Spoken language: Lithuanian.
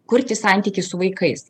kurti santykį su vaikais